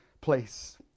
place